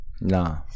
No